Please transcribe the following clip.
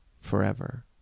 forever